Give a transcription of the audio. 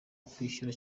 kwishyura